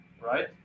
right